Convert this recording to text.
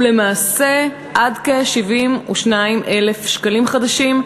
ולמעשה עד כ-72,000 שקלים חדשים,